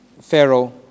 Pharaoh